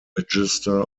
register